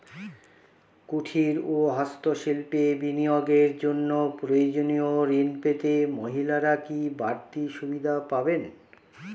কুটীর ও হস্ত শিল্পে বিনিয়োগের জন্য প্রয়োজনীয় ঋণ পেতে মহিলারা কি বাড়তি সুবিধে পাবেন?